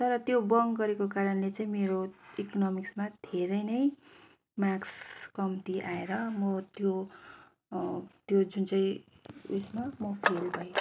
तर त्यो बङ्क गरेको कारणले चाहिँ मेरो इकोनमिक्समा धेरै नै मार्क्स कम्ती आएर म त्यो त्यो जुन चाहिँ उएसमा म फेल भएँ